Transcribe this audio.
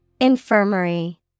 Infirmary